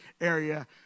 area